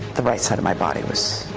the right side of my body was